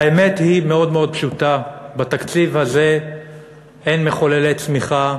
והאמת היא מאוד מאוד פשוטה: בתקציב הזה אין מחוללי צמיחה.